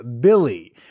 BILLY